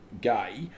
gay